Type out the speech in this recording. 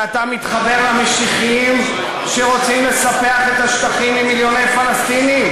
שאתה מתחבר למשיחיים שרוצים לספח את השטחים עם מיליוני פלסטינים?